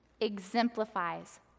exemplifies